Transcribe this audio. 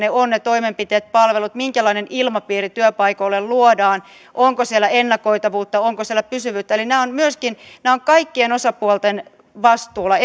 ovat ne toimenpiteet palvelut minkälainen ilmapiiri työpaikoille luodaan onko siellä ennakoitavuutta onko siellä pysyvyyttä eli nämä ovat kaikkien osapuolten vastuulla